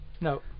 No